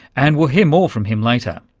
and we'll hear more from him later.